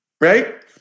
Right